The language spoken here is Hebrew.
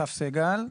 אסף סגל,